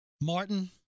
Martin